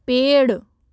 पेड़